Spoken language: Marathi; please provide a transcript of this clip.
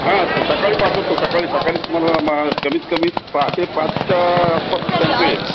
हां सकाळी पाठवतो सकाळी सकाळीच तुम्हाला मग कमीत कमी पहाटे पाचच्या आसपास टॅम्पो येईल